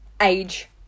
age